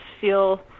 feel